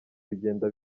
bigenda